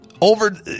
Over